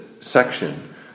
section